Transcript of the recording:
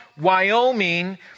Wyoming